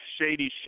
Shady